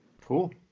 Cool